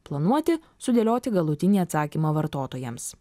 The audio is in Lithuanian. planuoti sudėlioti galutinį atsakymą vartotojams